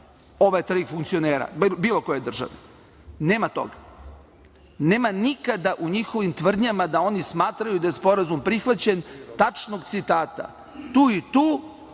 ova tri funkcionera bilo koje države. Nema toga. Nema nikada u njihovim tvrdnjama da oni smatraju da je sporazum prihvaćen, tačnog citata, tu i tu,